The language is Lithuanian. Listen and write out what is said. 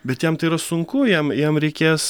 bet jam tai yra sunku jam jam reikės